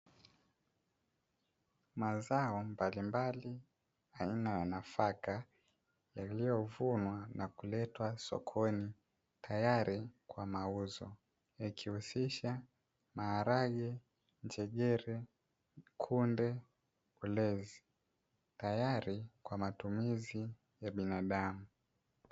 Mazao mbalimbali aina ya nafaka yaliyo vunwa na kuletwa sokoni, tayari kwa mauzo yakihusisha; maharage, njegere, kunde, ulezi tayari kwa matumizi ya binadamu.